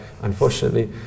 unfortunately